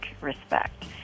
respect